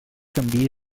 canviï